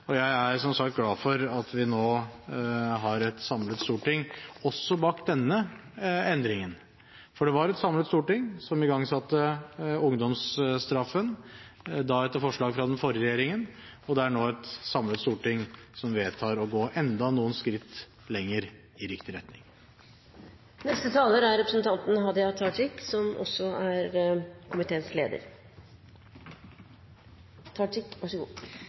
og jeg er som sagt glad for at vi nå har et samlet storting også bak denne endringen. For det var et samlet storting som igangsatte ungdomsstraffen, da etter forslag fra den forrige regjeringen, og det er nå et samlet storting som vedtar å gå enda noen skritt lenger i riktig retning. Som det er sagt, er det brei einigheit om denne saka, så